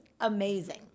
amazing